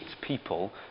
people